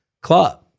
club